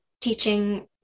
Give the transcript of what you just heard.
Teaching